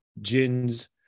Jin's